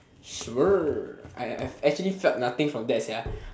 sure I I I have actually felt nothing from that sia